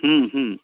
हूँ हूँ